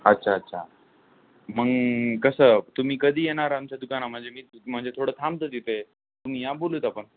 अच्छा अच्छा मग कसं तुम्ही कधी येणार आमच्या दुकानामध्ये म्हणजे मी थोडं थांबतो तिथे तुम्ही या बोलू आपण